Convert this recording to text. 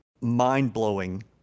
mind-blowing